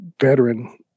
veteran